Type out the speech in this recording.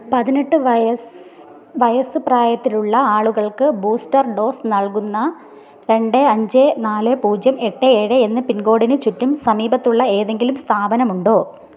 പതിനെട്ട് വയസ്സ് വയസ്സ് പ്രായത്തിലുള്ള ആളുകൾക്ക് ബൂസ്റ്റർ ഡോസ് നൽകുന്ന രണ്ട് അഞ്ച് നാല് പൂജ്യം എട്ട് ഏഴ് എന്ന പിൻകോഡിന് ചുറ്റും സമീപത്തുള്ള എന്തെങ്കിലും സ്ഥാപനമുണ്ടോ